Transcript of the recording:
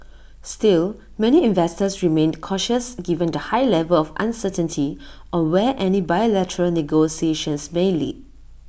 still many investors remained cautious given the high level of uncertainty on where any bilateral negotiations may lead